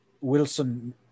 Wilson